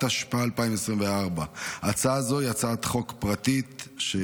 התשפ"ה 2024. הצעה זו היא הצעת חוק פרטית שלי.